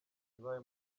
yabaye